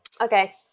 Okay